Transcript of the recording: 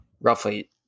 roughly